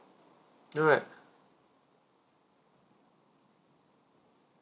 alright